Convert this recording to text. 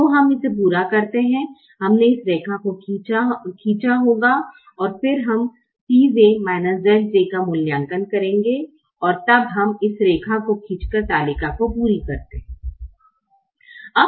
सो हम इसे पूरा करते है हमने इस रेखा को खींचा होगा और फिर हम Cj Zj का मूल्यांकन करेंगे और तब हम इस रेखा को खींचकर तालिका को पूरा करते हैं